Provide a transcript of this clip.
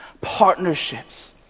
partnerships